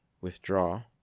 withdraw